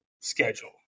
schedule